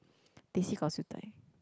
teh C gao siew-dai